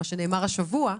שנאמר השבוע,